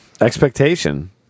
Expectation